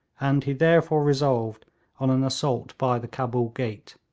and he therefore resolved on an assault by the cabul gate.